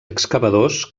excavadors